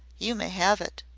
you may have it.